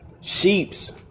Sheeps